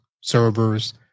servers